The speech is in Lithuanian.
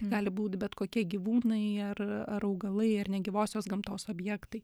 gali būt bet kokie gyvūnai ar ar augalai ar negyvosios gamtos objektai